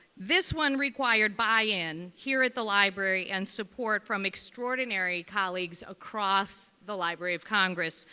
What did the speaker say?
this one required buy-in here at the library and support from extraordinary colleagues across the library of congress.